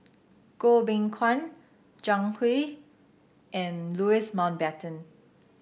Goh Beng Kwan Zhang Hui and Louis Mountbatten